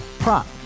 Prop